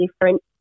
different